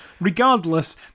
Regardless